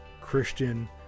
Christian